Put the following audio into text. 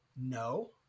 no